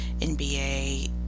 NBA